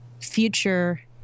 future